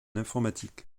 informatique